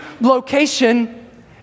location